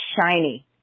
shiny